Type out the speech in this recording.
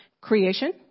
Creation